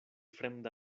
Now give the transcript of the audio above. fremda